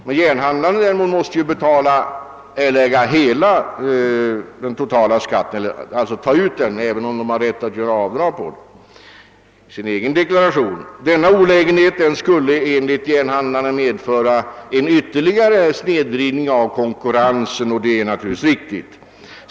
Järnhandlarna däremot måste ta ut hela skatten även om de sedan har rätt att göra avdrag för ingående mervärdeskatt i sin egen deklaration. Denna olägenhet skulle, om skatten åter höjes, enligt järnhandlarna medföra en ytterligare snedvridning av konkurrensen.